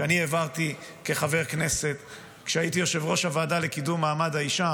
שאני העברתי כחבר כנסת כשהייתי יושב-ראש הוועדה לקידום מעמד האישה,